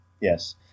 Yes